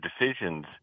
decisions